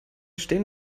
stehen